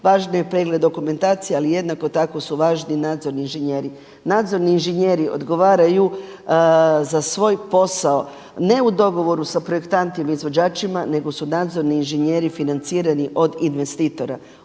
važno je i pregled dokumentacije, ali jednako tako su važni i nadzorni inženjeri. Nadzorni inženjeri odgovaraju za svoj posao ne u dogovoru sa projektantima i izvođačima, nego su nadzorni inženjeri financirani od investitora,